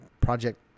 Project